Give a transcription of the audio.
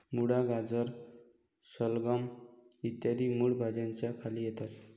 मुळा, गाजर, शलगम इ मूळ भाज्यांच्या खाली येतात